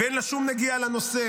ואין לה שום נגיעה לנושא,